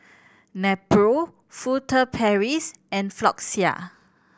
Nepro Furtere Paris and Floxia